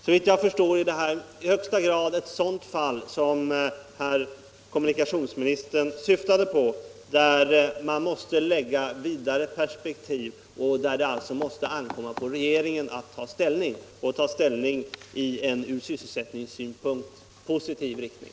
Såvitt jag förstår är denna fråga i högsta grad ett sådant fall som herr kommunikationsministern syftade på, där man måste lägga vidare perspektiv och där det alltså måste ankomma på regeringen att ta ställning och ta ställning i en från sysselsättningssynpunkt positiv riktning.